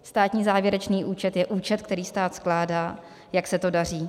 Státní závěrečný účet je účet, který stát skládá, jak se to daří.